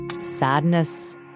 sadness